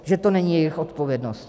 Že to není jejich odpovědnost.